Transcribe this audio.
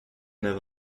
neuf